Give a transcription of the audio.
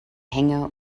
hänge